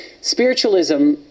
Spiritualism